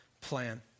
plan